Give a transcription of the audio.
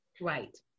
Right